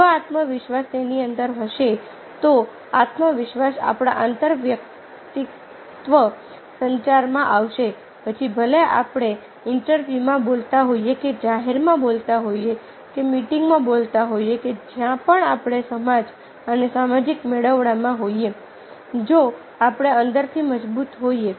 જો આત્મવિશ્વાસ તેની અંદર હશે તો આત્મવિશ્વાસ આપણા આંતરવૈયક્તિક સંચારમાં આવશે પછી ભલે આપણે ઈન્ટરવ્યુમાં બોલતા હોઈએ કે જાહેરમાં બોલતા હોઈએ મીટીંગમાં બોલતા હોઈએ કે જ્યાં પણ આપણે સમાજ અને સામાજિક મેળાવડામાં હોઈએ જો આપણે અંદરથી મજબૂત હોઈએ